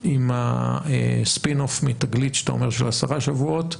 עם הספין אוף מ'תגלית' שאתה אומר, של עשרה שבועות,